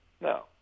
no